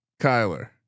Kyler